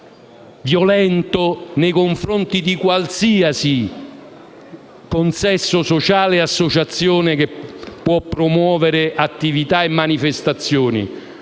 violento nei confronti di qualsiasi consesso sociale e associazione che può promuovere attività e manifestazioni,